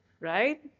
right